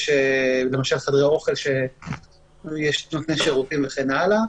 יש למשל חדרי אוכל שיש בהם נותני שירותים וכן הלאה,